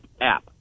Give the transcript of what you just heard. app